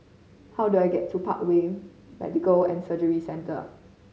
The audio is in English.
how do I get to Parkway Medical and Surgery Centre